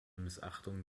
missachtung